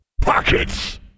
Pockets